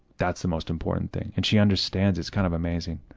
that's the most important thing. and she understands. it's kind of amazing.